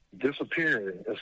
disappearing